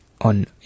on